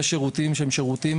יש שירותים שהם שירותים